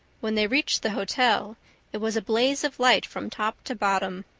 when they reached the hotel it was a blaze of light from top to bottom.